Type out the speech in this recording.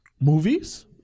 movies